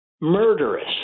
murderous